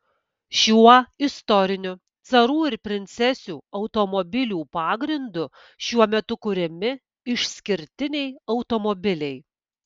šiuo istoriniu carų ir princesių automobilių pagrindu šiuo metu kuriami išskirtiniai automobiliai